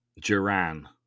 Joran